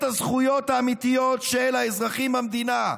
את הזכויות האמיתיות של האזרחים במדינה,